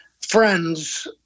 friends